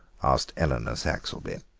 asked eleanor saxelby.